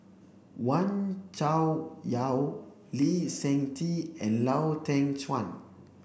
Wee Cho Yaw Lee Seng Tee and Lau Teng Chuan